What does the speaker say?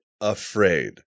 afraid